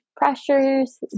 pressures